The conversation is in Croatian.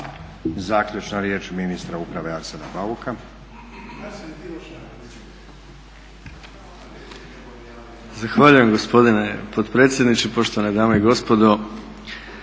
Zaključno riječ ministra uprave Arsena Bauka.